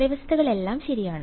വ്യവസ്ഥകൾ എല്ലാം ശരിയാണ്